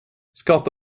skapa